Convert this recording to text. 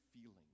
feeling